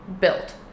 built